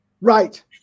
Right